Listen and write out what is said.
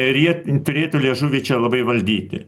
ir jie turėtų liežuvį čia labai valdyti